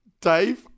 Dave